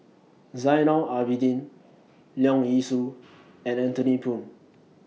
Zainal Abidin Leong Yee Soo and Anthony Poon